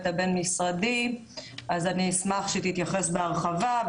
הבין-משרדי אז אני אשמח שהיא תתייחס בהרחבה,